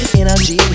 energy